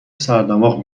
سردماغ